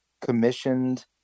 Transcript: commissioned